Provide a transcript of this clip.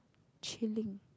chilling